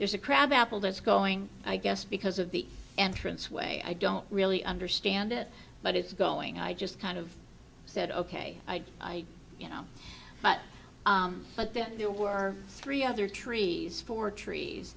there's a crab apple that's going i guess because of the entrance way i don't really understand it but it's going i just kind of said ok i you know but but then there were three other trees for trees